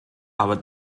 aber